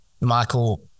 Michael